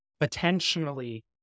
potentially